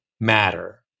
matter